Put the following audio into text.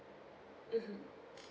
mmhmm